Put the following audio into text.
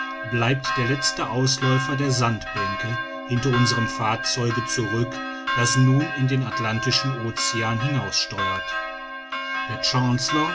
bleibt der letzte ausläufer der sandbänke hinter unserem fahrzeuge zurück das nun in den atlantischen ocean hinaussteuert der